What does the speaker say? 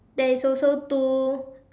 there is also two